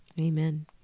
Amen